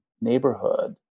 neighborhood